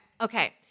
Okay